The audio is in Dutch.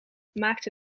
maakte